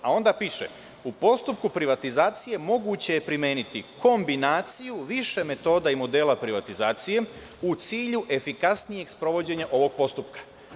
A onda piše – u postupku privatizacije moguće je primeniti kombinaciju više metoda i modela privatizacije u cilju efikasnijeg sprovođenja ovog postupka.